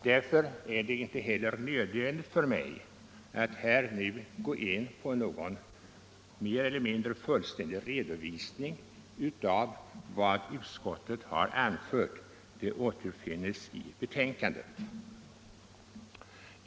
Därför är det inte heller nödvändigt att jag här går in på någon mer eller mindre fullständig redovisning av vad utskottet har anfört i betänkandet.